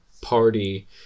party